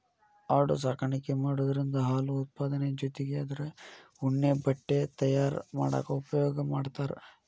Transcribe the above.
ಆಡು ಸಾಕಾಣಿಕೆ ಮಾಡೋದ್ರಿಂದ ಹಾಲು ಉತ್ಪಾದನೆ ಜೊತಿಗೆ ಅದ್ರ ಉಣ್ಣೆ ಬಟ್ಟೆ ತಯಾರ್ ಮಾಡಾಕ ಉಪಯೋಗ ಮಾಡ್ತಾರ